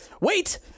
Wait